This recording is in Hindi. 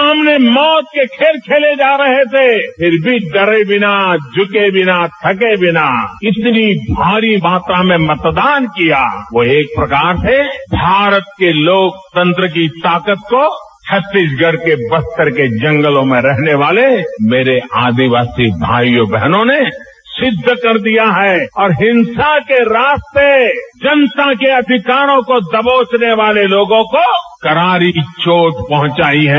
सामने मौत के खेल खेले जा रहे थे फिर भी डरे बिना झुके बिना थके बिना इतनी भारी मात्रा में मतदान किया वो एक प्रकार से भारत के लोकतंत्र की ताकत को छत्तीसगढ़ के बस्घ्तर के जंगलों में रहने वाले मेरे आदिवासी भाई बहनों ने सिद्ध कर दिया है और हिंसा के रास्ते जनता के अधिकारों को दबोचने वाले लोगों को करारी चोट पहुंचाई हैं